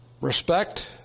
Respect